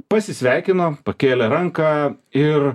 pasisveikino pakėlė ranką ir